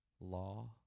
law